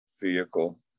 vehicle